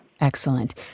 Excellent